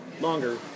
longer